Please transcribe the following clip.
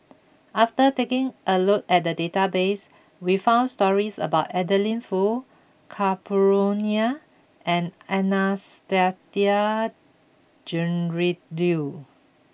after taking a look at the database we found stories about Adeline Foo Ka Perumal and Anastasia Tjendri Liew